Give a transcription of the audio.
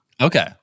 Okay